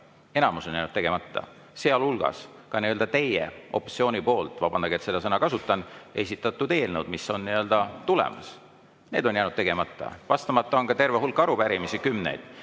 Enamus on jäänud tegemata, sealhulgas teie, opositsiooni poolt – vabandage, et seda sõna kasutan! – esitatud eelnõud, mis on tulemas. Need on jäänud tegemata. Vastamata on ka terve hulk arupärimisi, kümneid.